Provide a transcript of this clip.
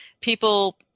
people –